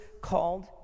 called